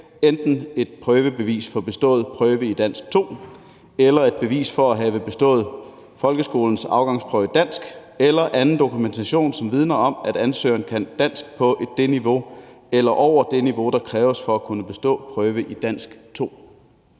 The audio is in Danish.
enten et prøvebevis for bestået prøve i dansk 2, et bevis for at have bestået folkeskolens afgangsprøve i dansk eller anden dokumentation, som vidner om, at ansøgeren kan dansk på det niveau eller over det niveau, der kræves for at kunne bestå prøve i dansk 2.